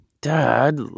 Dad